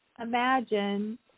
imagine